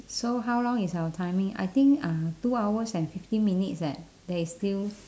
so how long is our timing I think uh two hours and fifteen minutes eh there is still